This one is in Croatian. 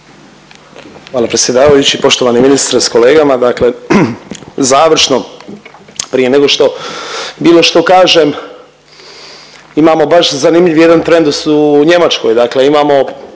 Hvala predsjedavajući. Poštovani ministre s kolegama. Dakle, završno prije nego što bilo što kažem, imamo baš zanimljiv jedan trend u Njemačkoj, dakle imamo